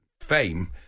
fame